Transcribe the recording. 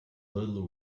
little